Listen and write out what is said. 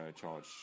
charge